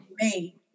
made